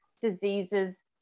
diseases